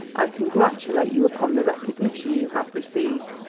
i congratulate you upon the recognition you have received.